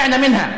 יצאנו ממנה.)